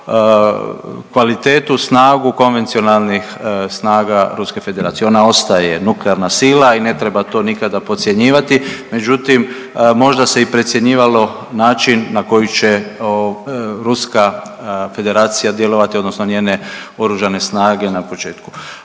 kvalitetu, snagu konvencionalnih snaga Ruske Federacije. Ona ostaje nuklearna sila i ne treba to nikada podcjenjivati, međutim možda se i precjenjivalo način na koji će Ruska Federacija djelovati odnosno njene oružane snage na početku.